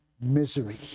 misery